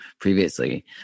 previously